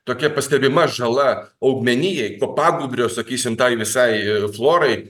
tokia pastebima žala augmenijai kopagūbrio sakysim tai visai florai